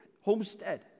Homestead